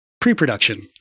pre-production